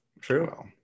True